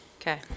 Okay